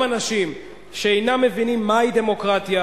אנשים שאינם מבינים מהי דמוקרטיה,